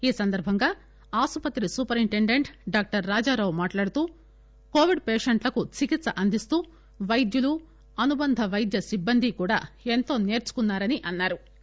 ఈ సందర్బంగా hospital superintendent doctor Rajarao మాట్లాడుతూ కోవిడ్ పేషెంట్లకు చికిత్స అందిస్తూ వైద్యులు అనుబంధ వైద్య సిబ్బంది ఎంతో నేర్చుకున్నారని అన్నారు